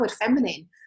feminine